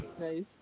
Nice